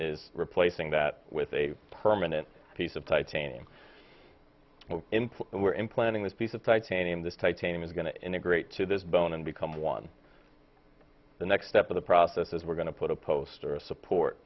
is replacing that with a permanent piece of titanium input and we're implanting this piece of titanium this titanium is going to integrate to this bone and become one the next step of the process is we're going to put a post or a support